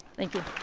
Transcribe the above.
thank you,